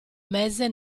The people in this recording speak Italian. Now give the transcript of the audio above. mese